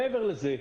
מעבר לזה,